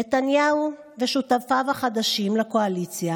נתניהו ושותפיו החדשים לקואליציה,